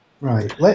Right